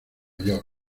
york